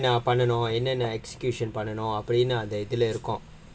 பண்ணனும் என்னென்ன:pannanum ennenna execution அப்டினு அந்த இதுல இருக்கும்:apdinu andha idhula irukkum